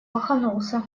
лоханулся